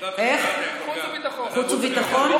חוץ וביטחון?